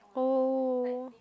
oh